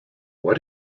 why